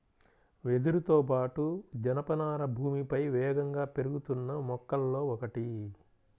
వెదురుతో పాటు, జనపనార భూమిపై వేగంగా పెరుగుతున్న మొక్కలలో ఒకటి